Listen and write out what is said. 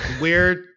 weird